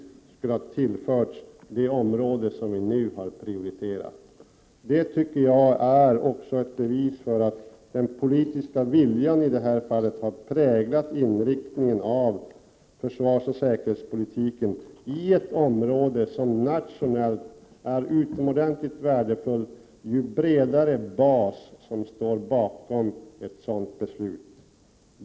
Det är också ett bevis för att en bred politisk vilja har präglat inriktningen av försvarsoch säkerhetspolitiken. I ett område som nationellt är utomordentligt betydelsefullt är det mer värdefullt ju bredare bas som står bakom ett sådant beslut.